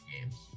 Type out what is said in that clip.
games